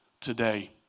today